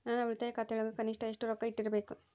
ನನ್ನ ಉಳಿತಾಯ ಖಾತೆಯೊಳಗ ಕನಿಷ್ಟ ಎಷ್ಟು ರೊಕ್ಕ ಇಟ್ಟಿರಬೇಕು?